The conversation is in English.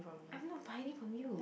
I'm not from you